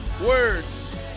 words